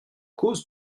cause